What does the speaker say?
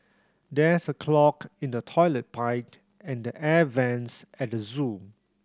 there is a clog in the toilet pipe and the air vents at the zoo